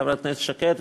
חברת הכנסת שקד,